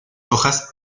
hojas